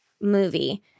movie